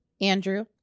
Andrew